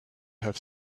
have